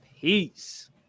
Peace